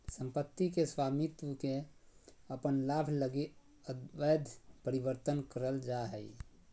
सम्पत्ति के स्वामित्व के अपन लाभ लगी अवैध परिवर्तन कइल जा हइ